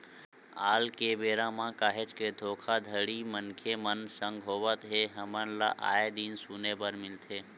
आल के बेरा म काहेच के धोखाघड़ी मनखे मन संग होवत हे हमन ल आय दिन सुने बर मिलथे